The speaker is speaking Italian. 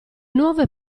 nuove